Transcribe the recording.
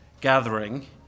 gathering